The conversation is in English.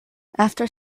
after